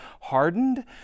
hardened